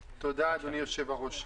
תודה, אדוני היושב-ראש,